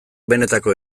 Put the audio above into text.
benetako